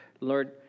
Lord